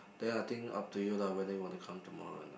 then I think up to you lah whether you want to come tomorrow or not